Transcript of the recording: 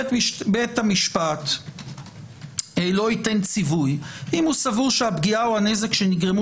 בית המשפט לא ייתן ציווי אם הוא סבור שהפגיעה או הנזק שנגרמו